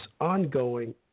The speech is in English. ongoing